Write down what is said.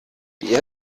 die